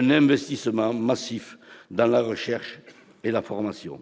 un investissement massif dans la recherche et la formation